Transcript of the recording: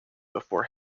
before